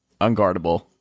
unguardable